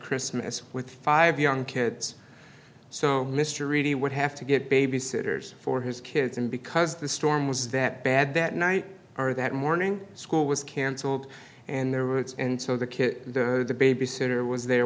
christmas with five young kids so mr reedy would have to get babysitters for his kids and because the storm was that bad that night or that morning school was cancelled and their words and so the kid the babysitter was there